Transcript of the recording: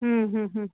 हम्म हम्म हम्म